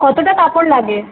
কতটা কাপড় লাগে